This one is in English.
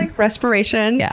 like respiration. yeah